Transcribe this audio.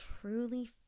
truly